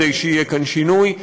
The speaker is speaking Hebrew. כדי שיהיה כאן שינוי,